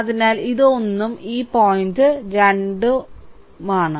അതിനാൽ ഇത് 1 ഉം ഈ പോയിന്റ് 2 ഉം ആണ്